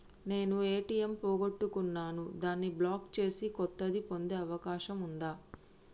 నేను ఏ.టి.ఎం పోగొట్టుకున్నాను దాన్ని బ్లాక్ చేసి కొత్తది పొందే అవకాశం ఉందా?